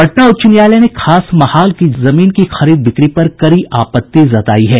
पटना उच्च न्यायालय ने खास महाल की जमीन की खरीद बिक्री पर कड़ी आपत्ति जतायी है